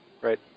Right